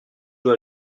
dois